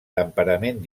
temperament